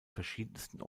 verschiedensten